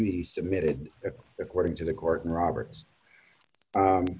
be submitted according to the court and robert